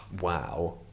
Wow